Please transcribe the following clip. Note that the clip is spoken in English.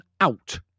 out